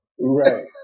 Right